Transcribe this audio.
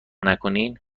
نکنین